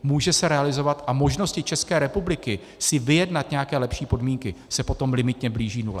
Může se realizovat a možnosti České republiky si vyjednat nějaké lepší podmínky se potom limitně blíží nule.